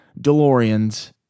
DeLoreans